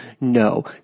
No